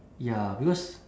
ya because